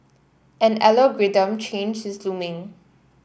an change is looming